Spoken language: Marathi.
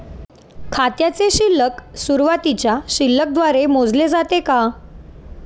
खाते शिल्लक सुरुवातीच्या शिल्लक द्वारे मोजले जाते का?